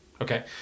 Okay